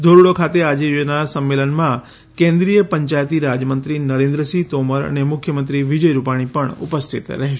ધોરડો ખાતે આજે યોજાનાર સંમેલનમાં કેન્દ્રીય પંચાયતીરાજ મંત્રી નરેન્દ્રસિંહ તોમર અને મુખ્યમંત્રી વિજય રૂપાણી પણ ઉપસ્થિત રહેશે